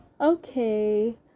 okay